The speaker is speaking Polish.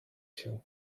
się